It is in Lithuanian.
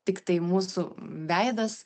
tiktai mūsų veidas